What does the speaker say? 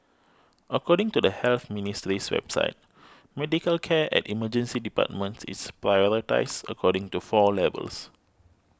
according to the Health Ministry's website medical care at Emergency Departments is prioritised according to four levels